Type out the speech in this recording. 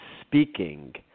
speaking